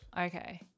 Okay